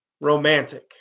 romantic